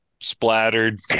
splattered